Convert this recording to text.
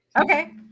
Okay